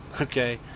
Okay